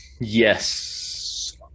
Yes